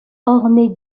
ornée